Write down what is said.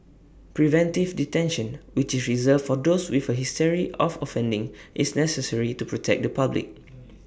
preventive detention which is reserved for those with A history of offending is necessary to protect the public